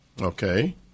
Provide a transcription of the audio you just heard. Okay